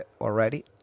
already